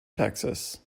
texas